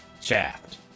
Shaft